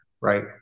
right